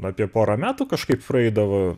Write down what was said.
apie porą metų kažkaip praeidavo